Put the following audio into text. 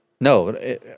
No